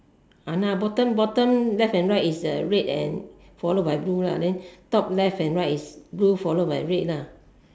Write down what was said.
!hanna! bottom bottom left and right is the red and followed by blue lah then top left and right is blue followed by red lah